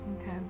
Okay